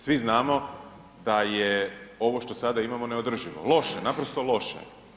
Svi znamo da je ovo što sada imamo neodrživo, loše, naprosto loše.